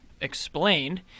explained